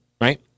right